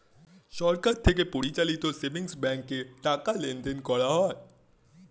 সরকার থেকে পরিচালিত সেভিংস ব্যাঙ্কে টাকা লেনদেন করা হয়